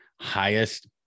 highest